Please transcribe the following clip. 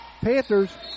Panthers